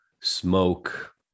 smoke